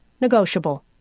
negotiable